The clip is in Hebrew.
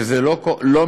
כשזה לא מתרחש,